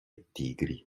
tigri